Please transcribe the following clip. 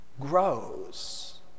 grows